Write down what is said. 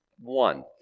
one